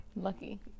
Lucky